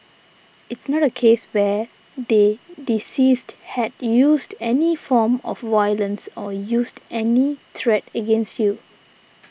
it's not a case where the deceased had used any form of violence or used any threat against you